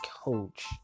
coach